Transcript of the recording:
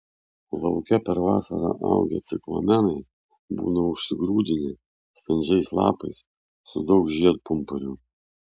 lauke per vasarą augę ciklamenai būna užsigrūdinę standžiais lapais su daug žiedpumpurių